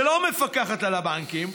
שלא מפקחת על הבנקים,